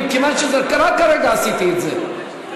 מכיוון שרק כרגע עשיתי את זה.